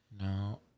No